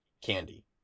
Candy